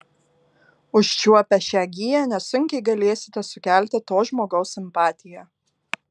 užčiuopę šią giją nesunkiai galėsite sukelti to žmogaus simpatiją